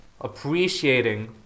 appreciating